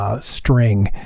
string